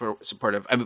supportive